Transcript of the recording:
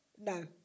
No